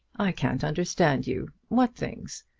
i can't understand you. what things?